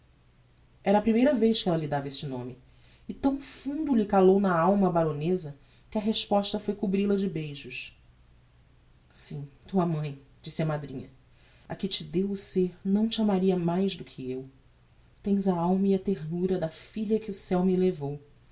era a primeira vez que ella lhe dava este nome e tão fundo lhe calou na alma á baroneza que a resposta foi cobril a de beijos sim tua mãe disse a madrinha a que te deu o ser não te amaria mais do que eu tens a alma e a ternura da filha que o ceu me levou